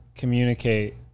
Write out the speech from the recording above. communicate